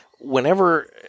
whenever